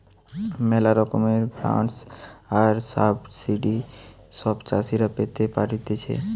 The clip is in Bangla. ম্যালা রকমের গ্রান্টস আর সাবসিডি সব চাষীরা পেতে পারতিছে